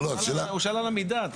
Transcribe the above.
הוא שאל על המידה.